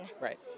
right